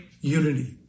unity